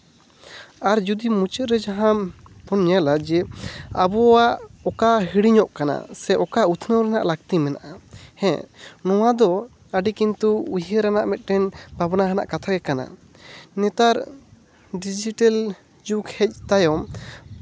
ᱟᱨ ᱡᱩᱫᱤ ᱢᱩᱪᱟᱹᱫ ᱨᱮ ᱡᱟᱦᱟᱸ ᱵᱚᱱ ᱧᱮᱞᱟ ᱡᱮ ᱟᱵᱚᱣᱟᱜ ᱚᱠᱟ ᱦᱤᱲᱤᱧᱚᱜ ᱠᱟᱱᱟ ᱥᱮ ᱚᱠᱟ ᱩᱛᱱᱟᱹᱣ ᱨᱮᱱᱟᱜ ᱞᱟᱹᱠᱛᱤ ᱢᱮᱱᱟᱜᱼᱟ ᱦᱮᱸ ᱱᱚᱣᱟ ᱫᱚ ᱟᱹᱰᱤ ᱠᱤᱱᱛᱩ ᱩᱭᱦᱟᱹᱨᱟᱱᱟᱜ ᱢᱤᱫᱴᱮᱱ ᱵᱷᱟᱵᱽᱱᱟ ᱨᱮᱱᱟᱜ ᱠᱟᱛᱷᱟ ᱜᱮ ᱠᱟᱱᱟ ᱱᱮᱛᱟᱨ ᱰᱤᱡᱮᱴᱮᱞ ᱡᱩᱜᱽ ᱦᱮᱡ ᱛᱟᱭᱚᱢ